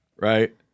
right